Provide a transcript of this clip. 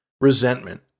resentment